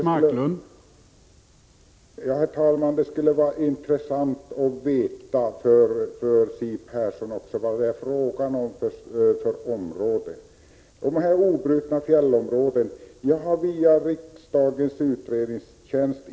Herr talman! Det kan vara intressant, även för Siw Persson, att veta vilka områden det är fråga om när det gäller dessa obrutna fjällområden. Jag har inhämtat uppgifter via riksdagens utredningstjänst.